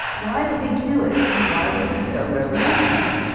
why did he do it? and why was it so revolutionary?